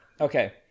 Okay